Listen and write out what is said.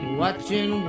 watching